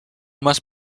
must